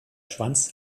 schwanz